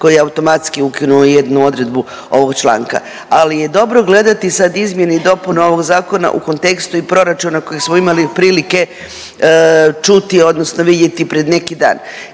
koji je automatski ukinuo jednu odredbu ovog članka, ali je dobro gledati sad izmjene i dopune ovog zakona u kontekstu i proračuna kojeg smo imali prilike čuti odnosno vidjeti pred neki dan.